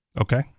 Okay